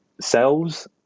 cells